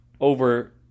over